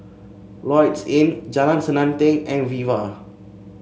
Lloyds Inn Jalan Selanting and Viva